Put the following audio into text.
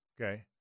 okay